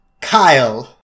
Kyle